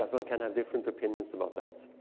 one can have different opinions about that.